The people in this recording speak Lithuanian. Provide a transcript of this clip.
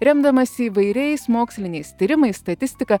remdamasi įvairiais moksliniais tyrimais statistika